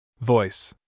Voice